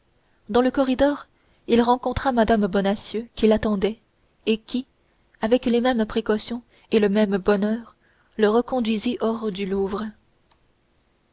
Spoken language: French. dans le corridor il rencontra mme bonacieux qui l'attendait et qui avec les mêmes précautions et le même bonheur le reconduisit hors du louvre